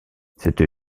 cette